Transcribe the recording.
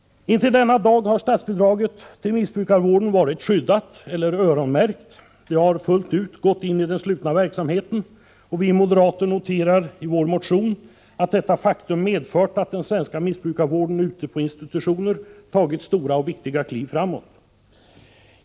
Intill denna dag har statsbidraget till missbrukarvården varit ”skyddat”, eller ”öronmärkt”. Det har fullt ut gått in i den slutna verksamheten. Vi moderater noterar i vår motion att detta faktum medfört att den svenska missbrukarvården ute på institutioner tagit stora och viktiga kliv framåt.